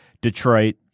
Detroit